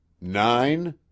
Nine